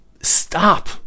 stop